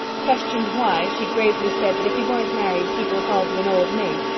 questioned why, she gravely said that if you weren't married people called you an old maid,